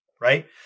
right